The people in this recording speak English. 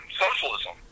socialism